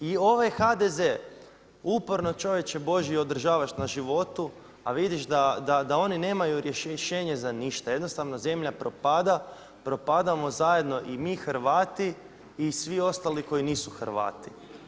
I ovaj HDZ uporno čovječe božji održavaš na životu, a vidiš da oni nemaju rješenje za ništa, jednostavno zemlja propada, propadamo zajedno i mi Hrvati i svi ostali koji nisu Hrvati.